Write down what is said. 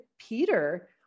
Peter